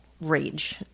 rage